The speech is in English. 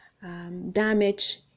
damage